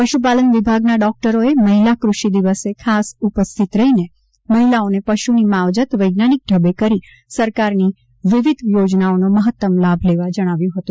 પશુપાલન વિભાગના ડોક્ટરોએ મહિલા કૂષિ દિવસે ખાસ ઉપસ્થિત રહી મહિલાઓને પશુની માવજત વૈજ્ઞાનિક ઢબે કરી સરકારની વિવિધ યોજનાઓનો મહત્તમ લાભ લેવા જણાવ્યું હતું